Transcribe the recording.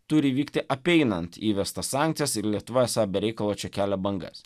turi vykti apeinant įvestas sankcijas ir lietuva esą be reikalo čia kelia bangas